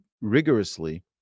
rigorously